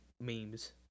memes